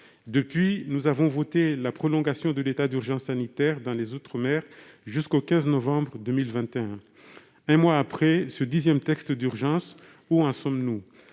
Depuis, nous avons voté la prolongation de l'état d'urgence sanitaire dans les outre-mer jusqu'au 15 novembre 2021. Un mois après ce dixième texte d'urgence, où en sommes-nous ?